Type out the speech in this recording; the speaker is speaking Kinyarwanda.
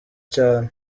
cyane